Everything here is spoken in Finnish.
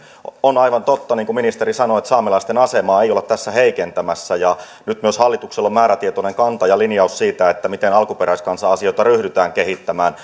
on aivan totta niin kuin ministeri sanoi että saamelaisten asemaa ei olla tässä heikentämässä nyt myös hallituksella on määrätietoinen kanta ja linjaus siitä miten alkuperäiskansan asioita ryhdytään kehittämään